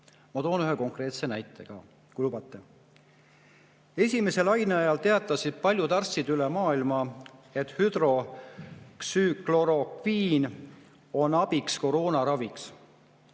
toon ühe konkreetse näite ka, kui lubate. Esimese laine ajal teatasid paljud arstid üle maailma, et hüdroksüklorokviin on koroonaravis